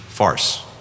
Farce